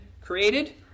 created